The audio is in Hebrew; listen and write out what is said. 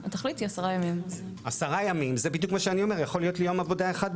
יכול להיות לי ב-10 ימים גם יום עבודה אחד,